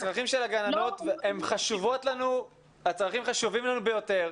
הצרכים של הגננות חשובים לנו ביותר,